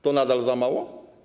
To nadal za mało?